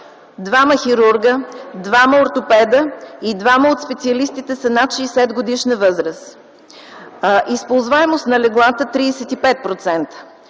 двама хирурзи, двама ортопеди и двама от специалистите са над 60-годишна възраст. Използваемост на леглата – 35%.